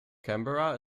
canberra